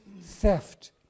theft